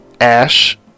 Ash